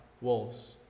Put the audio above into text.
wolves